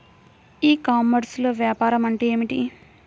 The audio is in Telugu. ఈ కామర్స్లో వ్యాపారం అంటే ఏమిటి?